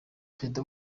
perezida